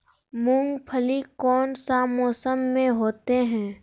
मूंगफली कौन सा मौसम में होते हैं?